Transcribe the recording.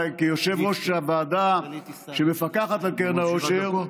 כיושב-ראש הוועדה שמפקחת על קרן העושר,